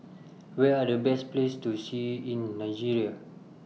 Where Are The Best Places to See in Nigeria